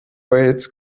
wales